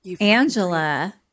Angela